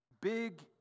Big